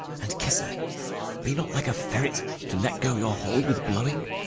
and kiss her be not like a ferret, to let go your hold with blowing.